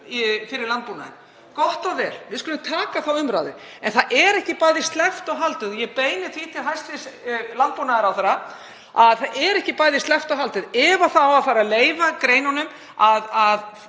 fyrir landbúnaðinn. Gott og vel, við skulum taka þá umræðu. En það verður ekki bæði sleppt og haldið. Ég beini því til hæstv. landbúnaðarráðherra: Það verður ekki bæði sleppt og haldið. Ef það á að fara að leyfa greininni að